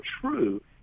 true